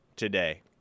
today